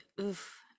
Oof